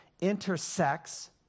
intersects